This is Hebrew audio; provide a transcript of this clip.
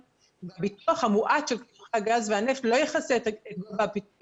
פיתוח מואץ של קידוחי הגז והנפט לא יכסה את העלויות